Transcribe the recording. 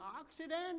accident